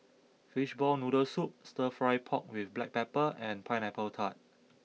Fishball Noodle Soup Stir Fry Pork with Black Pepper and Pineapple Tart